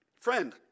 friend